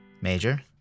major